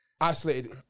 isolated